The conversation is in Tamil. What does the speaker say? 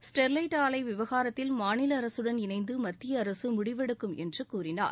ஸ்டெர்லைட் ஆலை விவகாரத்தில் மாநில அரசுடன் இணைந்து மத்திய அரசு முடிவெடுக்கும் என்று கூறினார்